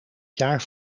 jaar